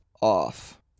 Off